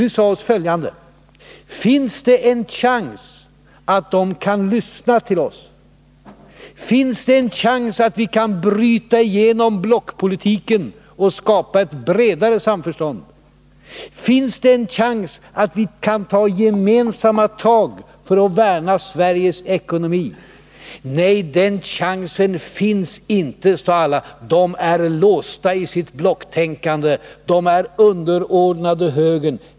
Vi sade oss följande: Finns det en chans att de kan lyssna till oss? Finns det en chans att vi kan bryta igenom blockpolitiken och skapa ett bredare samförstånd? Finns det en chans att vi kan ta gemensamma tag för att värna Sveriges ekonomi? Nej, den chansen finns inte, sade alla. De är låsta i sitt blocktänkande. De är underordnade högern.